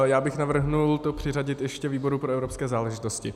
Já bych navrhl to přiřadit ještě výboru pro evropské záležitosti.